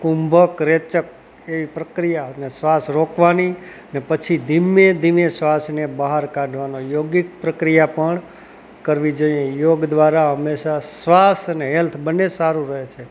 કુંભ રેચક એવી પ્રક્રિયા અને શ્વાસ રોકવાની ને પછી ધીમે ધીમે શ્વાસને બહાર કાઢવાનો યોગીક પ્રક્રિયા પણ કરવી જોઈએ યોગ દ્વારા હંમેશા શ્વાસ અને હેલ્થ બને સારું રહે છે